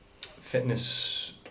fitness